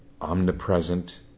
omnipresent